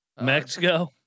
Mexico